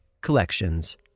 Collections